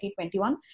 2021